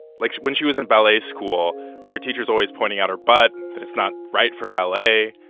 like, when she was in ballet school, her teacher's always pointing out her butt, that it's not right for ballet.